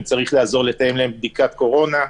לראות אם הם צריכים עזרה בתיאום לבדיקת קורונה,